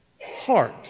heart